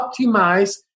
optimize